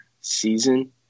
season